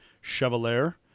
Chevalier